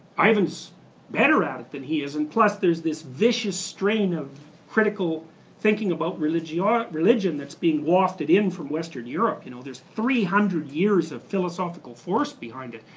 ivan's better at it than he is, plus there's this vicious strain of critical thinking about religion ah religion that's being wafted in from western europe. you know there's three hundred years of philosophical force behind it,